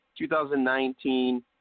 2019